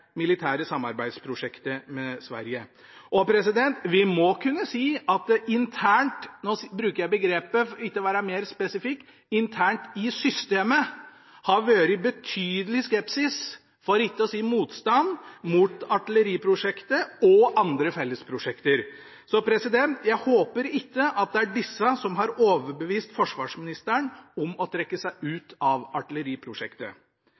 militære samarbeidsprosjektet med Sverige. Vi må kunne si at det internt i systemet – nå bruker jeg begrepet, for ikke å være mer spesifikk – har vært betydelig skepsis, for ikke å si motstand, mot artilleriprosjektet og andre fellesprosjekter. Jeg håper at det ikke er det som har overbevist forsvarsministeren om at vi skal trekke